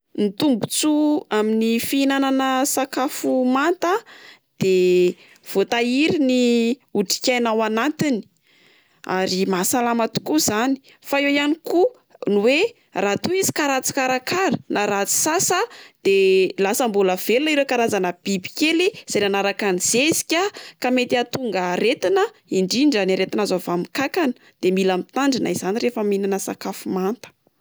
Ny tombontsoa amin'ny fihinana sakafo manta a de voatahiry ny otrik'aina ao anatiny, ary mahasalama tokoa izany. Fa eo ihany koa ny oe raha toa izy ka ratsy karakara na ratsy sasa de lasa mbola velona ireo karazana biby kely izay nanaraka ny zezika ka mety ahatonga aretina indrindra ny aretina azo avy amin'ny kankana, de mila mitandrina izany rehefa mihinana sakafo manta.